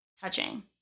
touching